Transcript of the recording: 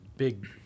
big